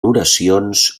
oracions